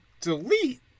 delete